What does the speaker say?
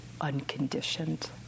unconditioned